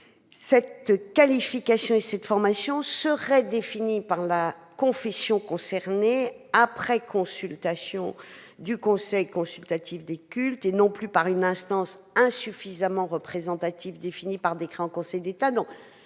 Cette qualification et cette formation seraient définies par la confession concernée, après consultation du conseil consultatif des cultes, et non plus par une instance insuffisamment représentative, définie par décret en Conseil d'État.